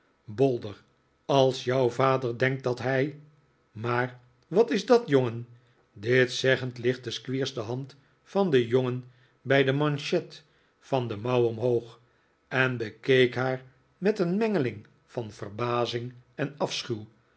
bolder als jouw vader denkt dat hij maar wat is dat jongen dit zeggend lichtte squeers de hand van den jongen bij de manchet van de mouw omhoog en bekeek haar met een mengeling van verbazing en